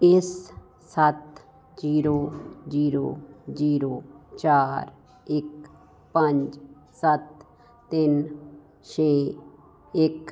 ਇਸ ਸੱਤ zero zero zero ਚਾਰ ਇੱਕ ਪੰਜ ਸੱਤ ਤਿੰਨ ਛੇ ਇੱਕ